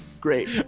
great